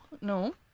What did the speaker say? no